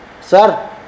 Sir